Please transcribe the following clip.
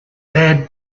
bad